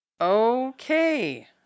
Okay